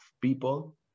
people